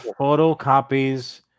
photocopies